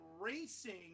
racing